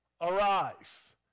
arise